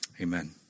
Amen